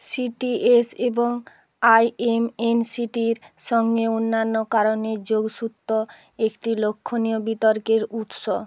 CTS এবং আইএমএনসিটির সঙ্গে অন্যান্য কারণের যোগসূত্র একটি লক্ষণীয় বিতর্কের উৎস